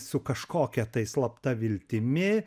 su kažkokia tai slapta viltimi